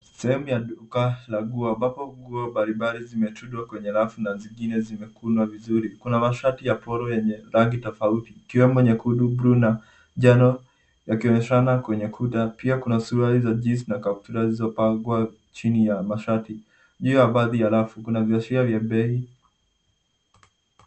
Sehemu ya duka la nguo ambapo nguo mbalimbali zimetundwa kwenye rafu na zingine zimekunwa vizuri. Kuna mashati ya polo yenye rangi tofauti ikiwemo nyekundu, buluu na njano yakionyeshana kwenye kuta. Pia kuna suruali za jeans na kaptura zilizopangwa chini ya mashati, pia baadhi ya rafu. Kuna viashiria vya bei.